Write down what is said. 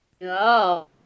no